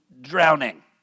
drowning